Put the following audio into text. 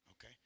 okay